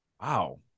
Wow